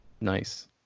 Nice